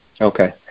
Okay